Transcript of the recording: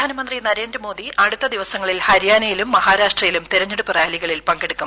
പ്രധാനമന്ത്രി നരേന്ദ്രമോദി അടുത്ത ദിവസങ്ങളിൽ ഹരിയാറ്റിയിലും മഹാരാഷ്ട്രയിലും തെരഞ്ഞെടുപ്പ് റാലികളിൽ പങ്കെടുക്കും